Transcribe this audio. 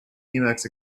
emacs